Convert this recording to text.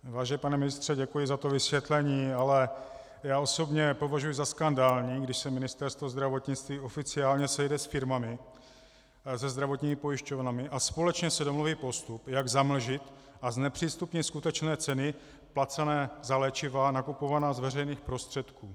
Vážený pane ministře, děkuji za vysvětlení, ale já osobně považuji za skandální, když se Ministerstvo zdravotnictví oficiálně sejde s firmami a zdravotními pojišťovnami a společně si domluví postup, jak zamlžit a znepřístupnit skutečné ceny placené za léčiva nakupovaná z veřejných prostředků.